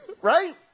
right